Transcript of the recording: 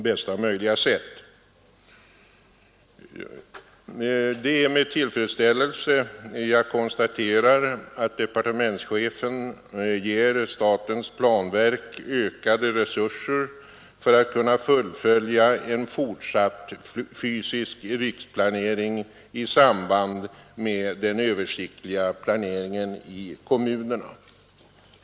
Det är med tillfredsställelse jag konstaterar att departementschefen ville ge statens planverk ökade resurser för att kunna fullfölja en fortsatt fysisk riksplanering i samband med den översiktliga planeringen i kommunerna.